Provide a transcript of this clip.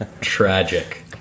Tragic